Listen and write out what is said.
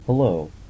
Hello